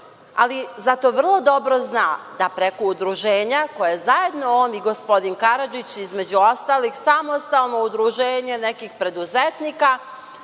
ali zato vrlo dobro zna da preko udruženja koje zajedno on i gospodin Karadžić, između ostalih, samostalno udruženje nekih preduzetnika,